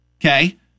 Okay